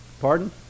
Pardon